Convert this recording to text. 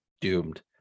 doomed